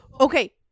Okay